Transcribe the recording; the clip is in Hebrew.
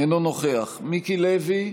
אינו נוכח מיקי לוי,